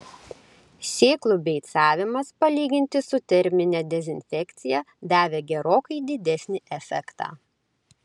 sėklų beicavimas palyginti su termine dezinfekcija davė gerokai didesnį efektą